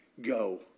go